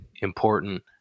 important